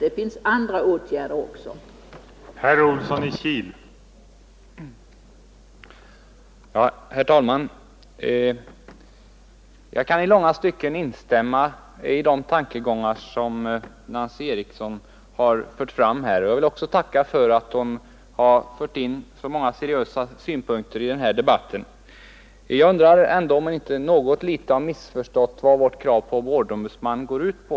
Det finns även andra åtgärder som måste vidtas.